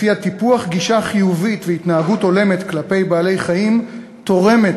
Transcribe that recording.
שלפיה טיפוח גישה חיובית והתנהגות הולמת כלפי בעלי-חיים תורמות